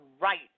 right